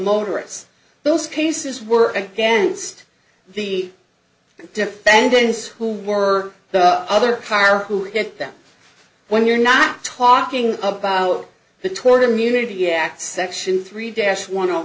motorists those cases were against the defendants whom or the other car who hit them when you're not talking about the tour immunity act section three dash one or